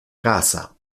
casa